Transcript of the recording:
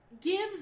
gives